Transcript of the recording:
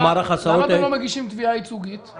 למה אתם לא מגישים תביעה ייצוגית נגד היבואנים.